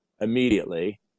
immediately